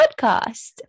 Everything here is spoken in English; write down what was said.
podcast